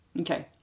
Okay